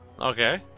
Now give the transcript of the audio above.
Okay